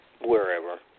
wherever